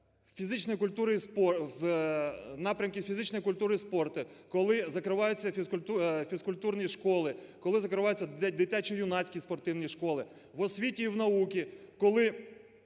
в напрямку фізичної культури і спорту, коли закривають фізкультурні школи, коли закриваються дитячо-юнацькі спортивні школи, в освіті і в науці, коли